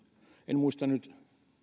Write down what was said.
en muista nyt